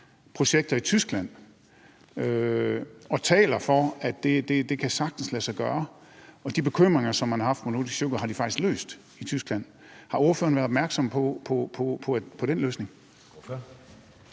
projekter i Tyskland og taler for, at det sagtens kan lade sig gøre. Og de bekymringer, som man har haft på Nordic Sugar, har de faktisk løst i Tyskland. Har ordføreren været opmærksom på den løsning?